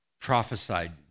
prophesied